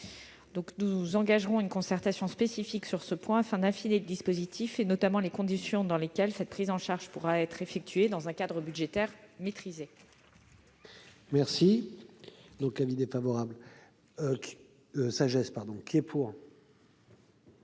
Nous engagerons une concertation spécifique sur ce point, afin d'affiner le dispositif et, notamment, les conditions dans lesquelles cette prise en charge pourra être effectuée dans un cadre budgétaire maîtrisé. Pour